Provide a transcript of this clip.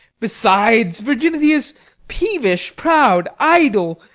besides, virginity is peevish, proud, idle,